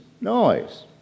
noise